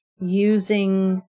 using